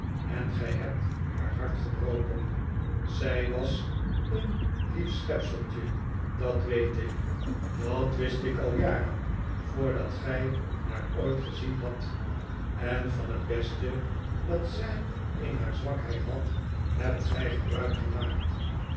en gij hebt haar hart gebroken zij was een lief schepseltje dat weet ik dat wist ik al jaren voordat g ij haar ooit gezien hadt en van het beste dat zij in haar zwakheid had hebt gij gebruik gemaakt